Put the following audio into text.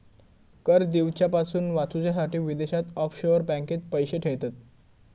कर दिवच्यापासून वाचूच्यासाठी विदेशात ऑफशोअर बँकेत पैशे ठेयतत